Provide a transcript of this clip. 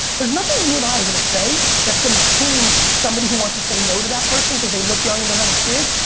there's nothing you and i are going to say that's going to change somebody who wants to say no to that person because they look young and don't have experience.